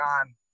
on